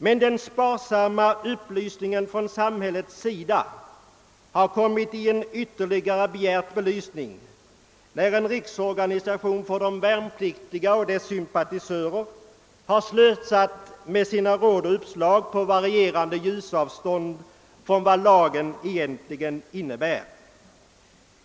Men den sparsamma upplysningen från samhällets sida har kommit i bjärt belysning, när en riksorganisation för de värnpliktiga och dess sympatisörer slösat med sina råd och uppslag på varierande avstånd från vad lagen egentligen innebär.